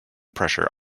pressure